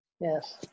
yes